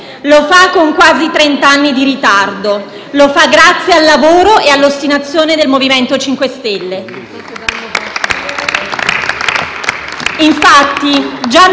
Lo fa con quasi trent'anni di ritardo e lo fa grazie al lavoro e all'ostinazione del MoVimento 5 Stelle.